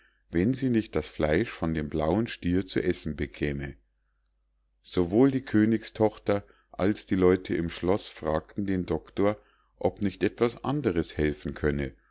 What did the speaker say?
wenn sie nicht das fleisch von dem blauen stier zu essen bekäme sowohl die königstochter als die leute im schloß fragten den doctor ob nicht etwas andres helfen könne